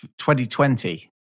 2020